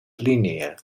linear